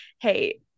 Hey